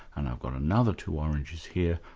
and i've got another two oranges here.